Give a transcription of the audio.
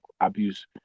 abuse